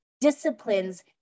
disciplines